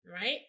right